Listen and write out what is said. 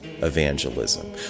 evangelism